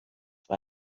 why